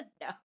No